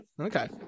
Okay